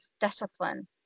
discipline